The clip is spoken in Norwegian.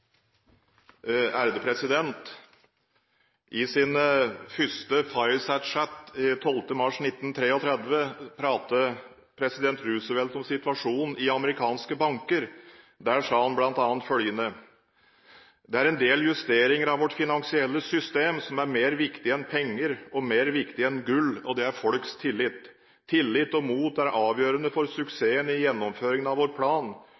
snakket president Roosevelt om situasjonen i amerikanske banker. Der sa han bl.a. følgende: Det er en del i justeringen av vårt finansielle system som er mer viktig enn penger og mer viktig enn gull, og det er folks tillit. Tillit og mot er avgjørende for suksessen i gjennomføringen av vår plan.